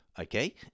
Okay